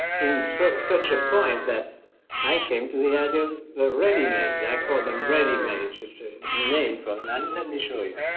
in such such a point that i came to the idea of readymades. i call them readymades as a name for and let me show you.